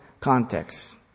context